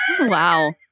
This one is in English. Wow